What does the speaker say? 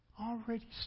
already